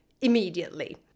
immediately